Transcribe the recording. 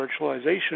virtualization